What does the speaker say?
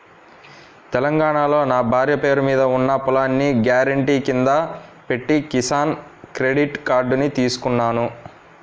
తెలంగాణాలో నా భార్య పేరు మీద ఉన్న పొలాన్ని గ్యారెంటీ కింద పెట్టి కిసాన్ క్రెడిట్ కార్డుని తీసుకున్నాను